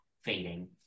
fading